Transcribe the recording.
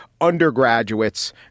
undergraduates